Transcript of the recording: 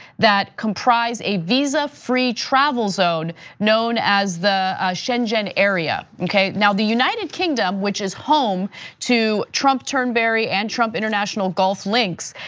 that comprise a visa-free travel zone known as the schengen area, okay? now the united kingdom which is home to trump turnberry and trump international golf links.